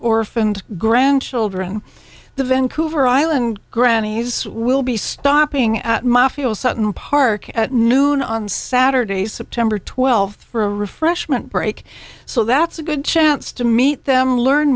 orphan and grandchildren the vancouver island grannies will be stopping at my field sutton park at noon on saturday september twelfth for a refreshment break so that's a good chance to meet them learn